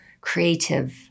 creative